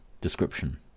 description